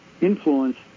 influence